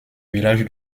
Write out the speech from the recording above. village